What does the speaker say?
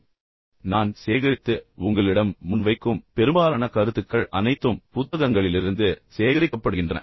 எனவே நான் சேகரித்து உங்களிடம் முன்வைக்கும் பெரும்பாலான கருத்துக்கள் அனைத்தும் புத்தகங்களிலிருந்து சேகரிக்கப்படுகின்றன